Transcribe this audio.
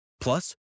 Plus